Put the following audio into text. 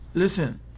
Listen